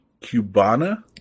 Cubana